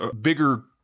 bigger